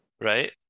right